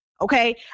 Okay